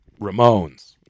Ramones